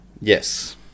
Yes